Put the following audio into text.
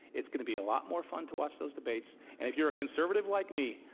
it's going to be a lot more fun to watch those debates. and if you're a conservative like me,